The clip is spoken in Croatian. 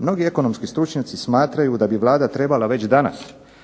Mnogi ekonomski stručnjaci smatraju da bi Vlada trebala već danas